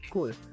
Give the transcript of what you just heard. Cool